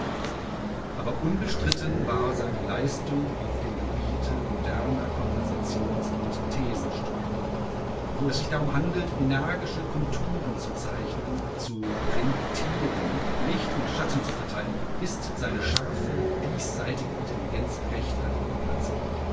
aber unbestritten war seine leistung auf dem gebiete moderner konversations und thesenstücke wo es sich darum handelt energische konturen zu zeichnen zu printieren licht und schatten zu verteilen ist seine scharfe diesseitige intelligenz recht an ihrem platze